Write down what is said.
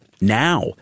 Now